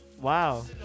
Wow